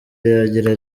yagira